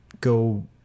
go